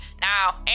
Now